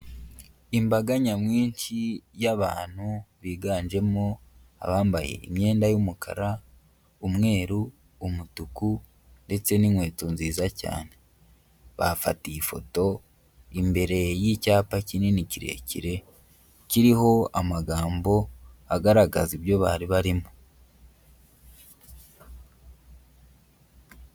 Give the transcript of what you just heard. Imbaga nyamwinshi y'abantu biganjemo abambaye imyenda y'umukara, umweru, umutuku ndetse n'inkweto nziza cyane, bafatiye ifoto imbere y'icyapa kinini kirekire kiriho amagambo agaragaza ibyo bari barimo.